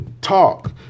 Talk